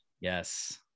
Yes